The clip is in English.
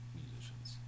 musicians